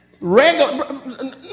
Regular